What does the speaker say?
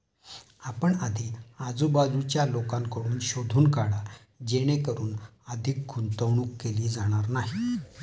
आपण आधी आजूबाजूच्या लोकांकडून शोधून काढा जेणेकरून अधिक गुंतवणूक केली जाणार नाही